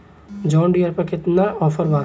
John Deere पर केतना offer बा?